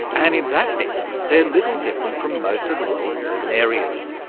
and in that sense they're little different from most of the world's urban areas.